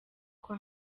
kwa